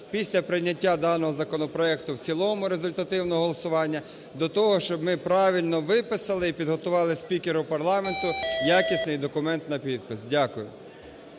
після прийняття даного законопроекту в цілому, результативного голосування, до того, щоб ми правильно виписали і підготували спікеру парламенту якісний документ на підпис. Дякую.